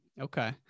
Okay